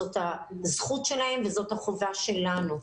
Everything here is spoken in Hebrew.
זאת הזכות שלהם וזאת החובה שלנו.